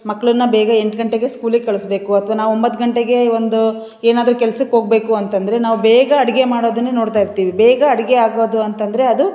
ಮಕ್ಳನ್ನ ಬೇಗ ಎಂಟು ಗಂಟೆಗೇ ಸ್ಕೂಲಿಗೆ ಕಳಿಸ್ಬೇಕು ಅಥ್ವಾ ನಾವು ಒಂಬತ್ತು ಗಂಟೆಗೇ ಒಂದು ಏನಾದರೂ ಕೆಲ್ಸಕ್ಕೆ ಹೋಗ್ಬೇಕು ಅಂತಂದರೆ ನಾವು ಬೇಗ ಅಡುಗೆ ಮಾಡೋದನ್ನೇ ನೋಡ್ತಾ ಇರ್ತೀವಿ ಬೇಗ ಅಡುಗೆ ಆಗೋದು ಅಂತಂದರೆ ಅದು